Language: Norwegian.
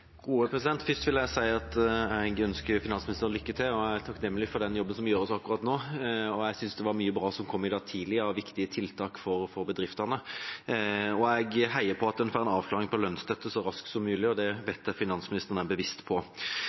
takknemlig for den jobben som gjøres akkurat nå. Jeg synes det var mye bra som kom i dag tidlig av viktige tiltak for bedriftene. Jeg heier på at man får en avklaring av lønnsstøtte så raskt som mulig, og det vet jeg at finansministeren er bevisst på.